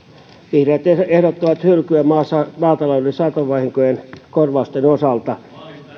vihreät ehdottavat hylkyä maatalouden satovahinkojen korvausten osalta